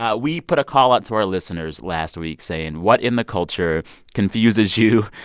ah we put a call out to our listeners last week, saying, what in the culture confuses you?